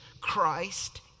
Christ